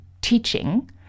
teaching